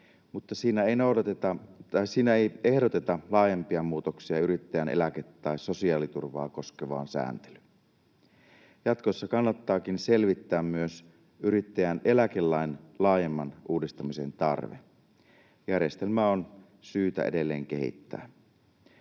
mutta siinä ei ehdoteta laajempia muutoksia yrittäjän eläke- tai sosiaaliturvaa koskevaan sääntelyyn. Jatkossa kannattaakin selvittää myös yrittäjän eläkelain laajemman uudistamisen tarve. Järjestelmää on syytä edelleen kehittää.